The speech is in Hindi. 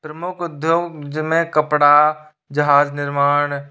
प्रमुख उद्योग जिनमें कपड़ा जहाज़ निर्माण